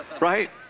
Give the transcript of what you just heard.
Right